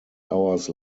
hours